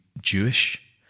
Jewish